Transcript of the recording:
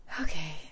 Okay